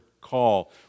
call